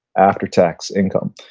after tax income.